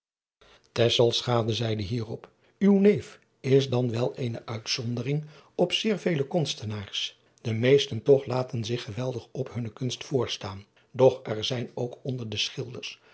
zeide hierop w neef is dan wel eene uitzondering op zeer vele konstenaars e meesten toch laten zich geweldig op hunne kunst voorstaan och er zijn ook onder de schilders